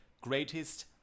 Greatest